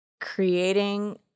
creating